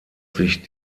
sich